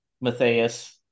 Matthias